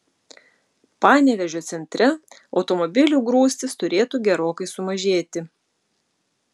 panevėžio centre automobilių grūstys turėtų gerokai sumažėti